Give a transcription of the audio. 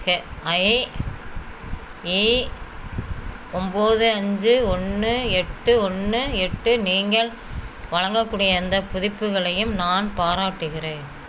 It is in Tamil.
ஹெஐஏ ஒம்பது அஞ்சு ஒன்று எட்டு ஒன்று எட்டு நீங்கள் வழங்கக்கூடிய எந்த புதுப்பிகளையும் நான் பாராட்டுகிறேன்